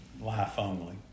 life-only